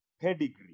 pedigree